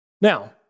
Now